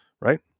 right